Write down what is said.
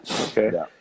Okay